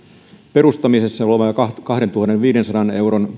perustamisessa oleva kahdentuhannenviidensadan euron